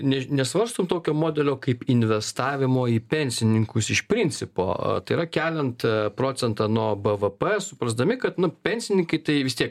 než nesvarstom tokio modelio kaip investavimo į pensininkus iš principo tai yra keliant procentą nuo b v p suprasdami kad nu pensininkai tai vis tiek